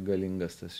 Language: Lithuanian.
galingas tas